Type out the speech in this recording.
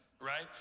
Right